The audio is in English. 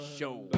Show